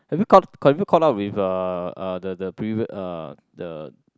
have you caught~ have you caught up with uh the the preview uh the